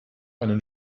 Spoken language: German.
einen